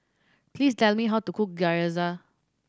please tell me how to cook Gyoza